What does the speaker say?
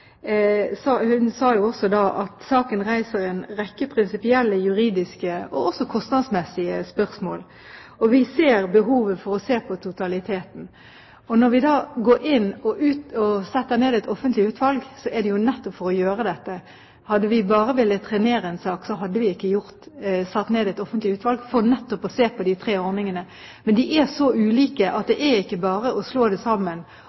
sa jo i sitt svar i spørretimen 17. februar også at saken «reiser en rekke prinsipielle, juridiske og kostnadsmessige spørsmål». Vi ser behovet for å se på totaliteten. Når vi da går inn og setter ned et offentlig utvalg, er det nettopp for å gjøre dette. Hadde vi bare villet trenere en sak, hadde vi ikke satt ned et offentlig utvalg for nettopp å se på de tre ordningene. Men de er så ulike at det er ikke bare å slå det sammen